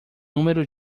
número